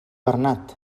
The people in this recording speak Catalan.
bernat